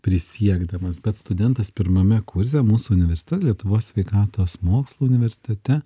prisiekdamas bet studentas pirmame kurse mūsų universitete lietuvos sveikatos mokslų universitete